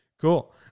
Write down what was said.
cool